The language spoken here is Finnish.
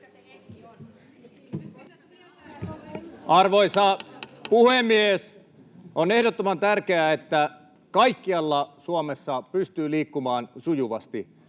Arvoisa puhemies! On ehdottoman tärkeää, että kaikkialla Suomessa pystyy liikkumaan sujuvasti